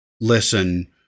listen